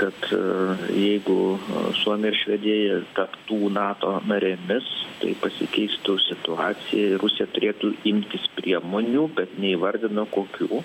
kad jeigu suomija ir švedija taptų nato narėmis tai pasikeistų situacija ir rusija turėtų imtis priemonių bet neįvardino kokių